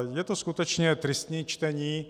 Je to skutečně tristní čtení.